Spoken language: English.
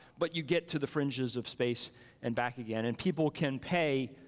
but you get to the fringes of space and back again and people can pay,